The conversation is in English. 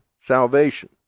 salvation